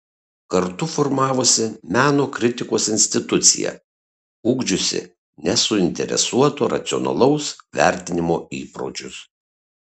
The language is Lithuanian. kartu formavosi meno kritikos institucija ugdžiusi nesuinteresuoto racionalaus vertinimo įpročius